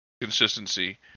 consistency